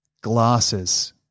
Glasses